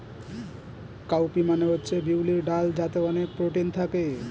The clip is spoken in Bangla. কাউ পি মানে হচ্ছে বিউলির ডাল যাতে অনেক প্রোটিন থাকে